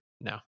no